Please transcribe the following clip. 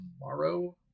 tomorrow